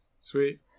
sweet